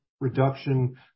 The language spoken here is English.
reduction